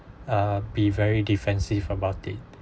err be very defensive about it